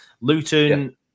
Luton